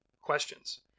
questions